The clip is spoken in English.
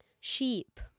Sheep